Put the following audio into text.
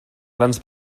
grans